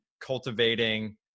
cultivating